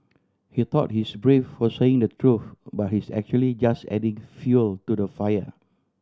he thought he's brave for saying the truth but he's actually just adding fuel to the fire